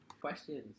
Questions